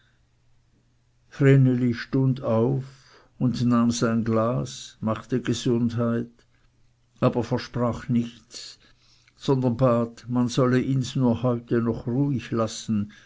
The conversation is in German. vreneli stund auf nahm sein glas machte gesundheit aber versprach nichts sondern bat man solle ihns nur heute noch ruhig lassen